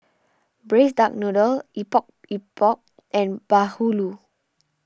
Braised Duck Noodle Epok Epok and Bahulu